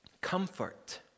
Comfort